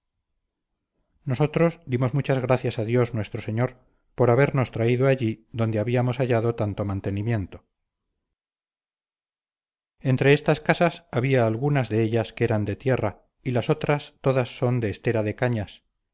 nosotros dimos muchas gracias a dios nuestro señor por habernos traído allí donde habíamos hallado tanto mantenimiento entre estas casas había algunas de ellas que eran de tierra y las otras todas son de estera de cañas